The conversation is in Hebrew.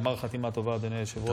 גמר חתימה טובה, אדוני היושב-ראש.